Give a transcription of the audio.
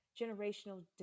generational